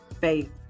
faith